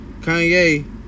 Kanye